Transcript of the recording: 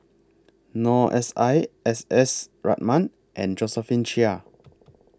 Noor S I S S Ratnam and Josephine Chia